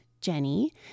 Jenny